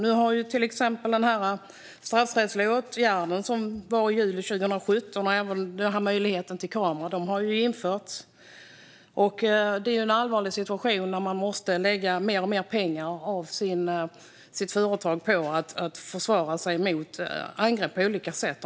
Nu har till exempel den straffrättsliga åtgärden som beslutades i juli 2017 och möjligheten till kameraövervakning införts. Det är en allvarlig situation när företagare måste lägga mer och mer av sitt företags pengar på att försvara sig mot angrepp på olika sätt.